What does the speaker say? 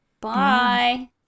Bye